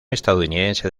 estadounidense